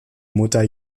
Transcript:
mutter